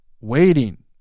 waiting